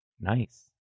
Nice